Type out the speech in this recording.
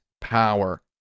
power